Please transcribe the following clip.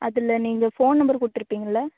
அதில் நீங்கள் phone number கொடுத்துருப்பிங்கள்லை